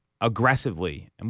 aggressively –